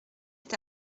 est